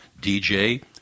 dj